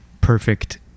perfect